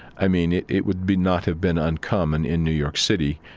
i mean, it it would be not have been uncommon in new york city,